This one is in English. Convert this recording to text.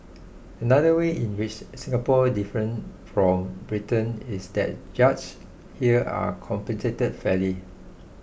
another way in which Singapore differs from Britain is that judges here are compensated fairly